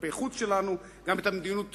כלפי חוץ שלנו, גם את המדיניות